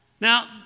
Now